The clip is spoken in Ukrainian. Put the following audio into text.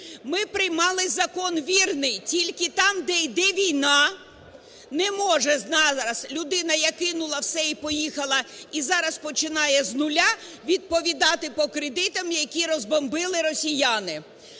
Ми приймали закон вірний, тільки там, де йде війна, не може зараз людина, яка кинула все і поїхала, і зараз починає з нуля, відповідати по кредитам, які розбомбили росіяни.